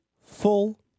full